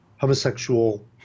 homosexual